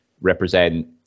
represent